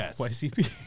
YCP